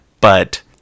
but-